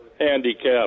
handicapped